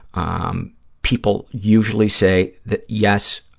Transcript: um people usually say that, yes,